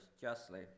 justly